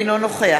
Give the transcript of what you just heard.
אינו נוכח